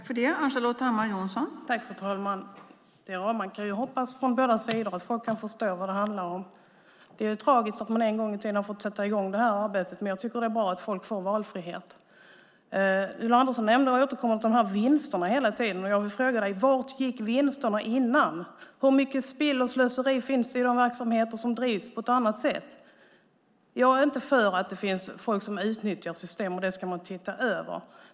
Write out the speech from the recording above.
Fru talman! Man kan hoppas från båda sidor att människor kan förstå vad det handlar om. Det är tragiskt att man en gång i tiden har fått sätta i gång det här arbetet. Men jag tycker att det är bra att människor får valfrihet. Ulla Andersson återkommer till vinsterna hela tiden. Jag vill fråga dig: Vart gick vinsterna innan? Hur mycket spill och slöseri finns i de verksamheter som drivs på ett annat sätt? Jag är inte för att det finns människor som utnyttjar system. Det ska man titta över.